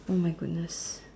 !oh-my-goodness!